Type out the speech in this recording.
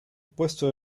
puesto